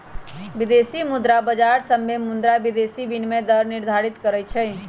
विदेशी मुद्रा बाजार सभे मुद्रा विदेशी विनिमय दर निर्धारित करई छई